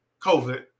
COVID